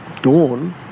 dawn